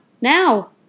Now